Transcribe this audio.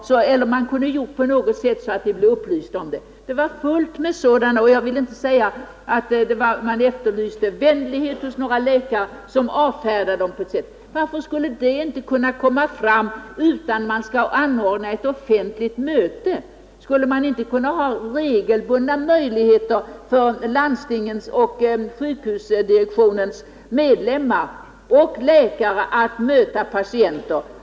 Man efterlyste också vänlighet hos några läkare som brukade avfärda patienterna på ett mindre trevligt sätt. Varför kan inte detta komma fram på annat sätt än genom ett offentligt möte? Borde det inte finnas möjligheter för landstingens och sjukvårdsdirektionernas medlemmar och för läkarna att regelbundet möta patienter?